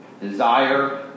desire